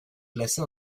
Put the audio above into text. classé